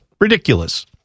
ridiculous